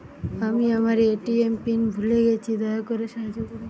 আমি আমার ATM PIN ভুলে গেছি, দয়া করে সাহায্য করুন